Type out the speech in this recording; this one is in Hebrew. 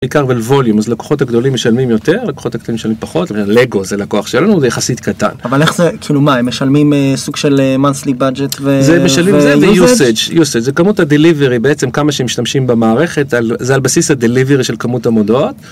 עיקר בווליום אז הלקוחות הגדולים משלמים יותר הלקוחות הקטנים משלמים פחות, לגו זה לקוח שלנו זה יחסית קטן. אבל איך זה כאילו מה הם משלמים סוג של monthly budget וUsage? זה משלמים זה Usage זה כמות הDelivery בעצם כמה שמשתמשים במערכת זה על בסיס הDelivery של כמות המודעות.